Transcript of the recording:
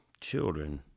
children